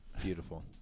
Beautiful